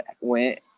went